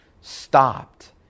stopped